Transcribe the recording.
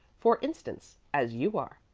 for instance, as you are.